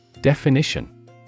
Definition